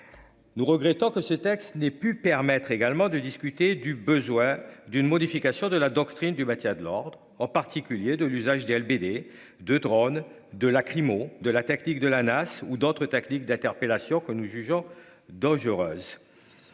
Nous regrettons que ce texte n'ait pu permettre également de discuter du besoin d'une modification de la doctrine du Mathias de l'ordre en particulier de l'usage du LBD de drone de lacrymo de la tactique de la Nasse ou d'autres techniques d'interpellation que nous jugeons dangereuse.